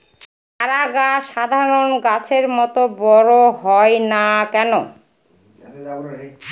চারা গাছ সাধারণ গাছের মত বড় হয় না কেনো?